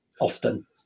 often